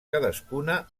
cadascuna